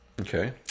Okay